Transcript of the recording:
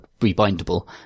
rebindable